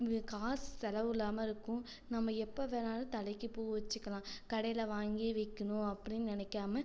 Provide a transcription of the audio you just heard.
இது காசு செலவு இல்லாமல் இருக்கும் நாம் எப்போ வேண்ணாலும் தலைக்கு பூ வச்சுக்கலாம் கடையில் வாங்கி வைக்கணும் அப்படின்னு நினைக்காம